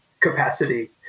capacity